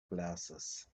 glasses